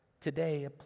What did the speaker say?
today